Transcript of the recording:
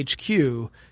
HQ